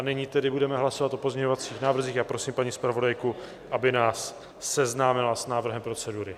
Nyní tedy budeme hlasovat o pozměňovacích návrzích a prosím paní zpravodajku, aby nás seznámila s návrhem procedury.